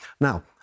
Now